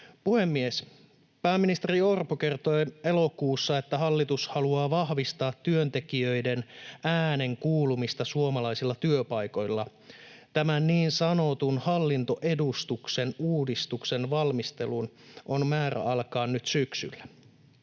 Pääministeri Orpo kertoi elokuussa, että hallitus haluaa vahvistaa työntekijöiden äänen kuulumista suomalaisilla työpaikoilla. Tämän niin sanotun hallintoedustuksen uudistuksen valmistelun on määrä alkaa nyt syksyllä.